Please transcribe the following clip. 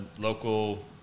local